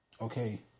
Okay